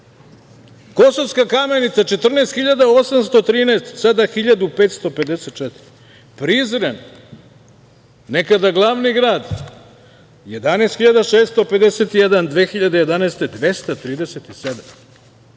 Kosovska Kamenica 14.813, sada 1.554, Prizren, nekada glavni grad, 11.651, 2001.